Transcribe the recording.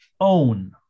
own